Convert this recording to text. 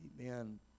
Amen